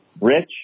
Rich